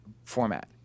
format